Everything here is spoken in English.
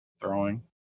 throwing